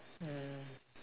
mm